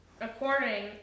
according